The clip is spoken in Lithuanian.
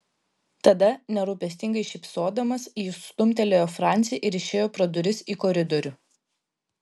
tada nerūpestingai šypsodamas jis stumtelėjo francį ir išėjo pro duris į koridorių